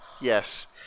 Yes